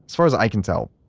far as i can tell,